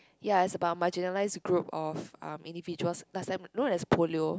ya it's about marginalized group of um individuals last time known as Polio